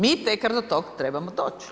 Mi tek do toga trebamo doći.